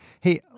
Hey